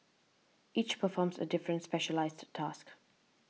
each performs a different specialised task